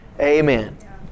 Amen